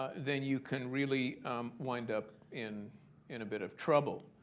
then you can really wind up in in a bit of trouble.